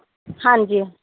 ਹਾਂਜੀ